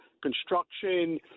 construction